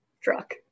Truck